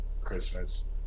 Christmas